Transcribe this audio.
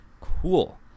Cool